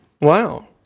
Wow